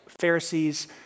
Pharisees